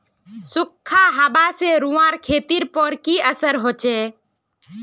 सुखखा हाबा से रूआँर खेतीर पोर की असर होचए?